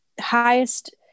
highest